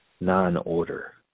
non-order